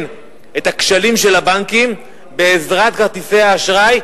את הכשלים של הבנקים בעזרת כרטיסי האשראי,